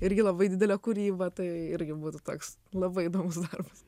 irgi labai didelė kūryba tai irgi būtų toks labai įdomus darbas